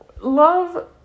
love